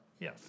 Yes